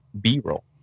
B-roll